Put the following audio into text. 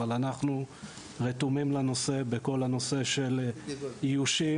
אבל אנחנו רתומים לנושא בכל הנושא של איושים,